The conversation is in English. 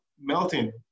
melting